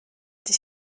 dich